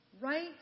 right